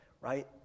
right